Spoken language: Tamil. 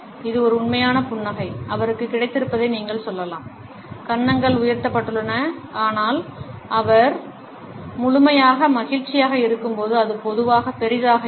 இது ஒரு உண்மையான புன்னகை அவருக்கு கிடைத்திருப்பதை நீங்கள் சொல்லலாம் குறிப்பு நேரம் 3641 கன்னங்கள் உயர்த்தப்பட்டுள்ளன ஆனால் அவர் முழுமையாக மகிழ்ச்சியாக இருக்கும்போது அது பொதுவாக பெரியதாக இல்லை